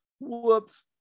Whoops